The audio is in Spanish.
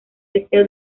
deseo